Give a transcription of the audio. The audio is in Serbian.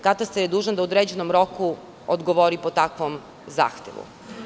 Katastar je dužan da u određenom roku odgovori po takvom zahtevu.